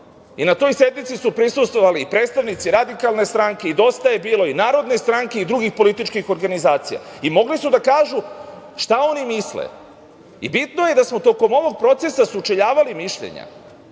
toj sednici su prisustvovali i predstavnici Radikalne stranke, Dosta je bilo i Narodne stranke i drugih političkih organizacija i mogli su da kažu šta oni misle. Bitno je da smo tokom ovog procesa sučeljavali mišljenja